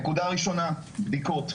נקודה ראשונה, בדיקות: